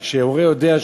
וכשהורה יודע,